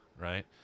right